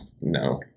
No